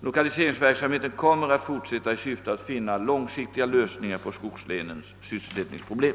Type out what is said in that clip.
<Lokaliseringsverksamheten kommer att fortsätta i syfte att finna långsiktiga lösningar på skogslänens sysselsättningsproblem.